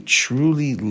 truly